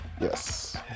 Yes